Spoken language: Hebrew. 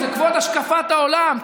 זה כבוד השקפת העולם,